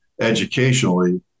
educationally